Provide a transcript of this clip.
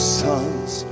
sons